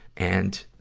and,